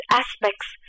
aspects